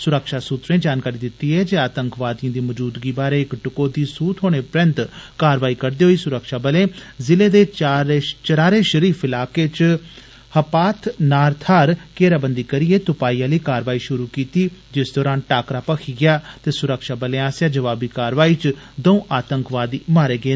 सुरक्षा सूत्रे जानकारी दिती ऐ जे आतंकवादिएं दी मौजूदगी बारै इक टकोहदी सूह् थ्होने परैन्त कारवाई करदे होई सुरक्षाबलें जिले दे चरार ए षरीफ इलाके च हपातनार थाहर घेराबंदी करिए तुपाई आली कारवाई षुरु कीती जिस दौरान टाकरा भक्खी गेआ ते सुरक्षाबलें आस्सेआ जबावी कारवाई च दंऊ आतंकवादी मारे गे